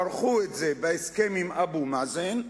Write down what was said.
כרכו את זה בהסכם עם אבו מאזן,